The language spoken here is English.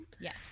yes